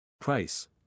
Price